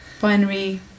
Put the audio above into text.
binary